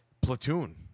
Platoon